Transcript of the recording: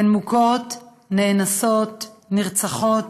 הן מוכות, נאנסות, נרצחות,